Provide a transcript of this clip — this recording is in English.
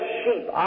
sheep